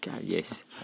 Yes